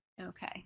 Okay